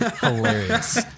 Hilarious